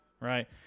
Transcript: right